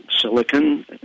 silicon